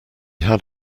had